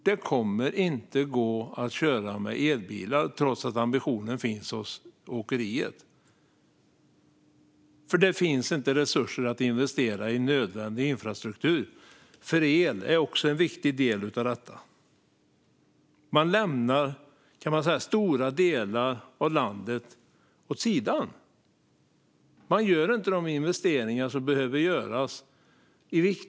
Det kommer inte att gå att köra med elbilar trots åkeriets ambition eftersom det saknas resurser att investera i nödvändig infrastruktur. El är ju också en viktig del i detta. Man ställer stora och viktiga delar av landet åt sidan och gör inte de investeringar som behövs.